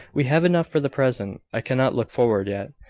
we have enough for the present. i cannot look forward yet.